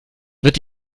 wird